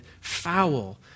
foul